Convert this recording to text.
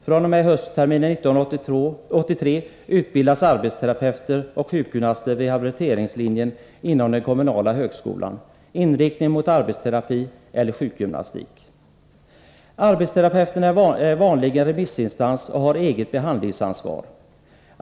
fr.o.m. höstterminen 1983 utbildas arbetsterapeuter och sjukgymnaster vid rehabiliteringslinjen inom den kommunala högskolan, inriktning mot arbetsterapi eller sjukgymnastik. Arbetsterapeuten är vanligen remissinstans och har eget behandlingsansvar.